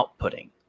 outputting